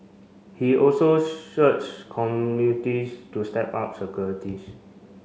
he also to step up securities